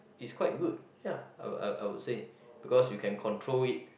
it's quite good ya I I I would say because you can control it